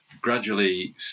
gradually